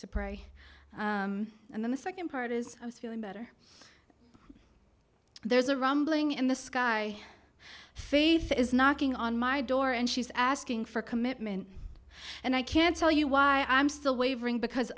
to pray and then the nd part is i was feeling better there's a rumbling in the sky faith is knocking on my door and she's asking for commitment and i can't tell you why i'm still wavering because